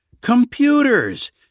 Computers